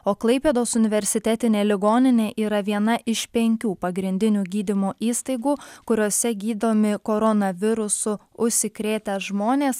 o klaipėdos universitetinė ligoninė yra viena iš penkių pagrindinių gydymo įstaigų kuriose gydomi koronavirusu užsikrėtę žmonės